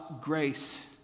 grace